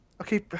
Okay